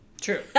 True